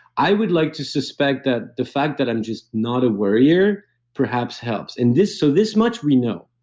i would like to suspect that the fact that i'm just not worrier perhaps helps. and this so this much we know.